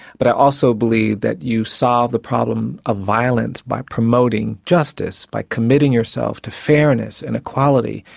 but i also believe that you solve the problem of violence by promoting justice, by committing yourself to fairness and equality.